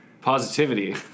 Positivity